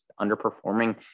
underperforming